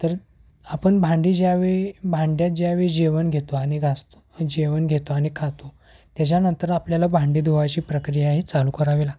तर आपण भांडी ज्यावेळी भांड्यात ज्यावेळी जेवण घेतो आणि घासतो जेवन घेतो आणि खातो त्याच्यानंतर आपल्याला भांडी धुवायची प्रक्रिया ह चालू करावी लागते